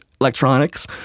electronics